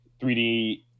3D